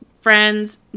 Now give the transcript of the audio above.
friends